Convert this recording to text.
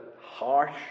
harsh